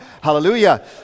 Hallelujah